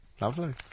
Lovely